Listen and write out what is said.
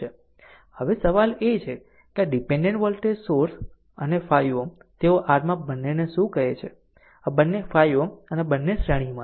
હવે સવાલ એ છે કે આ ડીપેન્ડેન્ટ વોલ્ટેજ સોર્સ અને 5 Ω તેઓ r માં આ બંનેને શું કહે છે આ બંને આ 5 Ω અને આ બંને શ્રેણીમાં છે